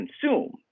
consume